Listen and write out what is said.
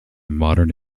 modern